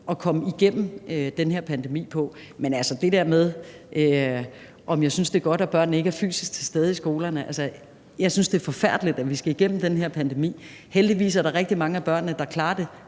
at komme igennem den her pandemi på. Men til det der med, om jeg synes, det er godt, at børnene ikke er fysisk til stede i skolerne, vil jeg sige, at jeg synes, at det er forfærdeligt, at vi skal igennem den her pandemi. Heldigvis er der rigtig mange af børnene, der klarer det